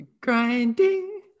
Grinding